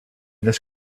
this